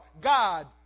God